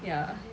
ya